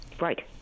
Right